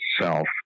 self